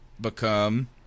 become